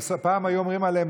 פעם היו אומרים עליהם,